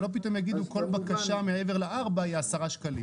שלא פתאום יגידו כל בקשה מעבר לארבע היא 10 ₪.